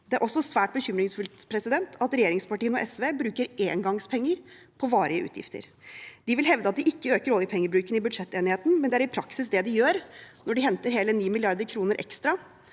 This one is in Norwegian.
Det er også svært bekymringsfullt at regjeringspartiene og SV bruker engangspenger på varige utgifter. De vil hevde at de ikke øker oljepengebruken i budsjettenigheten, men det er i praksis det de gjør når de henter hele 9 mrd. kr ekstra